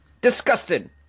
Disgusted